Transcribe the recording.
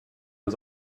was